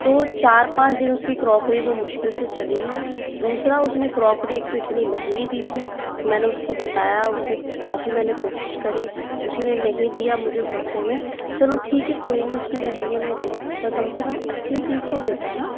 तो चार पाँच दिन उस की क्रॉकरी वो मुश्किल से चली है दूसरा उस ने क्रॉकरी एक तो इतनी महंगी दी थी मैंने उस को बताया उस से काफ़ी मैंने कोशिश करी उसने नहीं दिया मुझे सस्ते में चलो ठीक है कोई नी उस ने महंगे में दी पर कम से कम अच्छी चीज़ तो देता ना